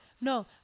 No